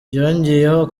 yongeyeho